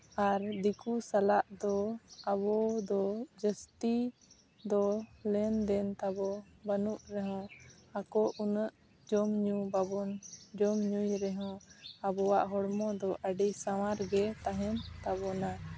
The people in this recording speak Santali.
ᱟᱨ ᱫᱤᱠᱩ ᱥᱟᱞᱟᱜ ᱫᱚ ᱟᱵᱚ ᱫᱚ ᱡᱟᱹᱥᱛᱤ ᱫᱚ ᱞᱮᱱᱫᱮᱱ ᱛᱟᱵᱚ ᱵᱟᱹᱱᱩᱜ ᱨᱮᱦᱚᱸ ᱟᱠᱚ ᱩᱱᱟᱹᱜ ᱡᱚᱢᱼᱧᱩ ᱵᱟᱵᱚᱱ ᱡᱚᱢ ᱧᱩᱭ ᱨᱮᱦᱚᱸ ᱟᱵᱚᱣᱟᱜ ᱦᱚᱲᱢᱚ ᱫᱚ ᱟᱹᱰᱤ ᱥᱟᱶᱟᱨ ᱜᱮ ᱛᱟᱦᱮᱱ ᱛᱟᱵᱚᱱᱟ